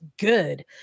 good